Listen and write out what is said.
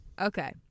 okay